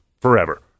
forever